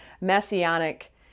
messianic